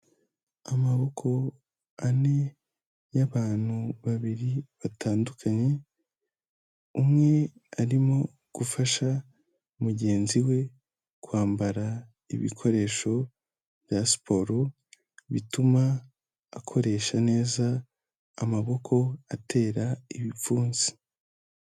Amaboko ane y'abantu babiri batandukanye, umwe arimo gufasha mugenzi we kwambara ibikoresho bya siporo, bituma akoresha neza amaboko atera ibipfunsi.